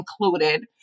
included